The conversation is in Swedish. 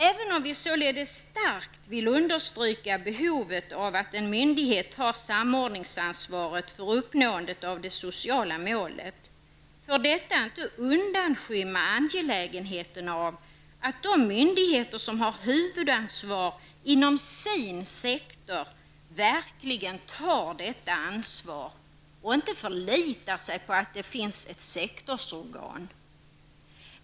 Även om vi således starkt vill understryka behovet av att en myndighet har samordningsansvaret för uppnåendet av det sociala målet, får detta inte undanskymma angelägenheten av att de myndigheter som har ett huvudansvar inom sin sektor verkligen tar detta ansvar och inte förlitar sig på att det finns ett sektorsorgan.